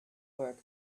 work